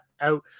out